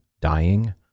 dying